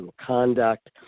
conduct